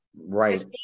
Right